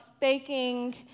Baking